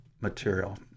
material